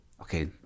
okay